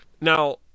Now